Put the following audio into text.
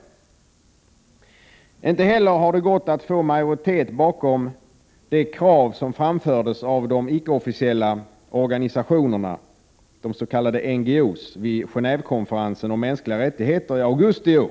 Inte heller har det gått att få majoritet bakom det krav som framfördes av de icke-officiella organisationerna, NGO, vid Genévekonferensen om mänskliga rättigheter i augusti i år.